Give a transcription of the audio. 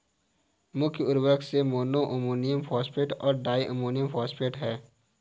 मुख्य उर्वरक में मोनो अमोनियम फॉस्फेट और डाई अमोनियम फॉस्फेट हैं